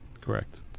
Correct